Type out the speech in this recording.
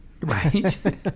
right